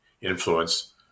influence